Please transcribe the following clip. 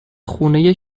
خونه